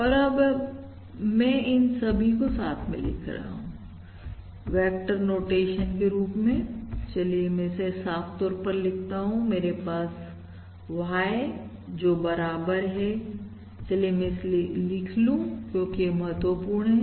और अब मैं इन सभी को साथ में लिख रहा हूं वेक्टर नोटेशन के रूप में चलिए मैं इसे साफ तौर पर लिखता हूं मेरे पास है Y जो बराबर है चलिए मैं से लिख लूं क्योंकि यह बहुत महत्वपूर्ण है